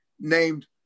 named